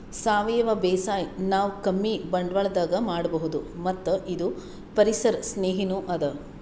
ಸಾವಯವ ಬೇಸಾಯ್ ನಾವ್ ಕಮ್ಮಿ ಬಂಡ್ವಾಳದಾಗ್ ಮಾಡಬಹುದ್ ಮತ್ತ್ ಇದು ಪರಿಸರ್ ಸ್ನೇಹಿನೂ ಅದಾ